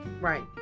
Right